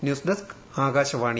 news desk Akashvani